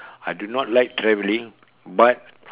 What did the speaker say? I do not like traveling but